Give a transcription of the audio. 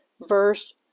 verse